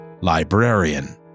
Librarian